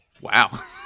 wow